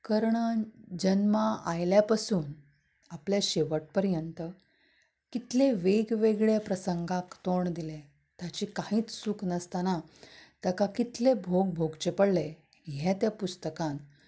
कर्णान जल्माक आयल्या पासून आपल्या शेवट पर्यंत कितल्या वेगवेगळ्या प्रसंगाक तोंड दिलें तांची कांयच चूक नासतना ताका कितलें भोग भोगचें पडलें हे त्या पुस्तकांत